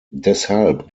deshalb